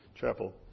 Chapel